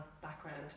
background